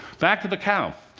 back to the cow.